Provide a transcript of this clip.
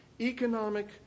Economic